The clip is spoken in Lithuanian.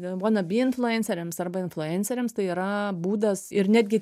vuonabi influenceriams arba influenceriams tai yra būdas ir netgi